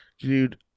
Dude